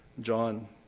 John